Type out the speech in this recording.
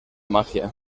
magia